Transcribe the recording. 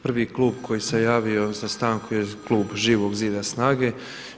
Prvi klub koji se javio za stanku je klub Živog zida, SNAGA-e.